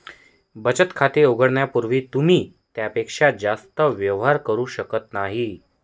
बचत खाते उघडण्यापूर्वी तुम्ही त्यापेक्षा जास्त व्यवहार करू शकत नाही